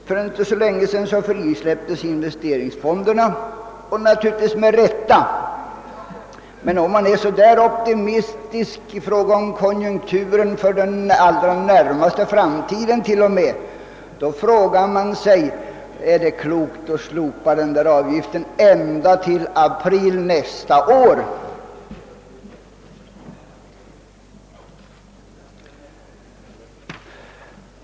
För inte så länge sedan frisläpptes investeringsfonderna — naturligtvis med rätta. Men om man är så där optimistisk i fråga om konjunkturen för den allra närmaste framtiden till och med, frågar man sig: Är det klokt att slopa denna avgift ända till april nästa år?